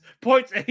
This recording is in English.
points